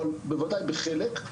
אבל בוודאי בחלק,